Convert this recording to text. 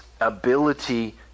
ability